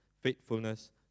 faithfulness